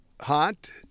hot